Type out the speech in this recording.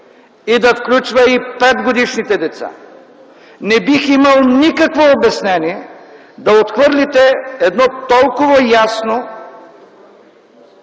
и да включва и 5-годишните деца. Не бих имал никакво обяснение да отхвърлите едно толкова ясно,